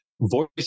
voice